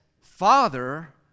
Father